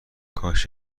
کاش